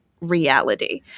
reality